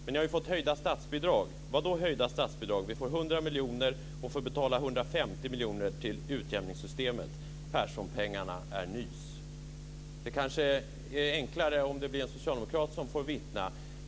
Men ni har ju fått höjda statsbidrag! "Vadå höjda statsbidrag? Vi får 100 miljoner och får betala 150 till utjämningssystemet. Perssonpengarna är nys." Det kanske är enklare om det blir en socialdemokrat som får vittna.